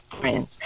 friends